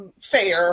fair